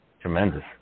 Tremendous